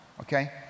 okay